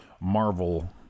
Marvel